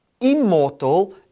immortal